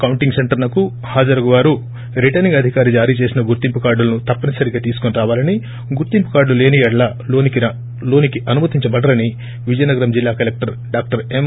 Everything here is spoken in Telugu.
కౌంటింగ్ సెంటర్ నకు హాజరగు వారు రిటర్పి ంగ్ అధికారి జారి చేసిన గుర్తింపు కార్గులు తప్పనిసరిగా తీసుకొని రావాలని గుర్తింపు కార్డులు లేని యెడల లోనికి అనుమతించబడరని విజయనగరం జిల్లా కలెక్టర్ డాక్టర్ ఎం